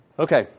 Okay